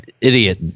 idiot